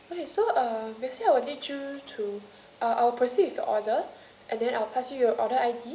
okay so uh next I'll lead you to uh I'll proceed with your order and then I'll pass you your order I_D